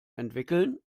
entwickeln